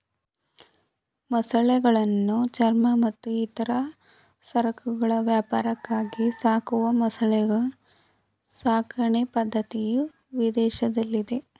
ಮೊಸಳೆಗಳನ್ನು ಚರ್ಮ ಮತ್ತು ಇತರ ಸರಕುಗಳ ವ್ಯಾಪಾರಕ್ಕಾಗಿ ಸಾಕುವ ಮೊಸಳೆ ಸಾಕಣೆ ಪದ್ಧತಿಯು ವಿದೇಶಗಳಲ್ಲಿದೆ